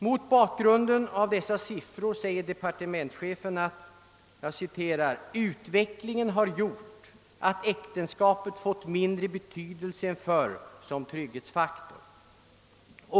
Mot bakgrunden av dessa siffror konstaterar departementschefen att »utvecklingen har gjort att äktenskapet fått mindre betydelse än förr som trygghetsfaktor».